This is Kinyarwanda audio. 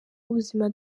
w’ubuzima